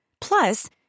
Plus